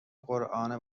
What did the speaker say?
قرآن